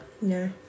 No